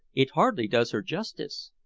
it hardly does her justice.